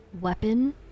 weapon